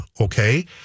Okay